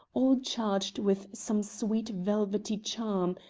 all charged with some sweet velvety charm,